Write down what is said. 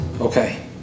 Okay